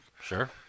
sure